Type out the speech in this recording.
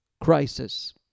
crisis